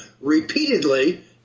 repeatedly